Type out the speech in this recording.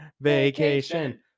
Vacation